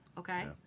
Okay